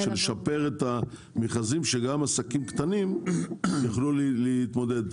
לשפר את המכרזים כדי שגם עסקים קטנים יוכלו להתמודד,